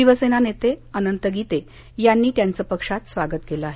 शिवसेना नेते अनंत गीते यांनी त्यांचं पक्षात स्वागत केलं आहे